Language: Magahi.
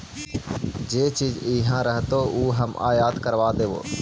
जे चीज इहाँ रहतो ऊ हम आयात करबा देबो